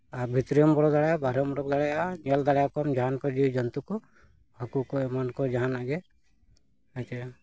ᱟᱨ ᱵᱷᱤᱛᱨᱤᱢ ᱵᱚᱞᱚ ᱫᱟᱲᱮᱭᱟᱜᱼᱟ ᱵᱟᱨᱦᱮᱢ ᱳᱰᱳᱠ ᱫᱟᱲᱮᱭᱟᱜᱼᱟ ᱧᱮᱞ ᱫᱟᱲᱮᱭᱟᱠᱚᱢ ᱡᱟᱦᱟᱱ ᱠᱚ ᱡᱤᱵᱽ ᱡᱚᱱᱛᱩ ᱠᱚ ᱦᱟᱹᱠᱩ ᱠᱚ ᱮᱢᱟᱱ ᱠᱚ ᱡᱟᱦᱟᱱᱟᱜ ᱜᱮ